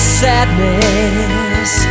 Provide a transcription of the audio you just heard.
sadness